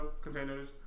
containers